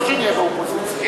לא כשנהיה באופוזיציה?